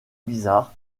bizarre